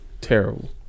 terrible